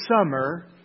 summer